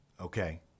Okay